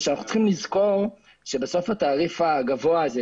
זה שאנחנו צריכים לזכור שבסוף התעריף הגבוה יותר